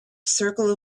circle